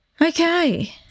Okay